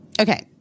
okay